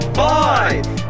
five